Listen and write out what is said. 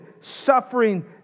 suffering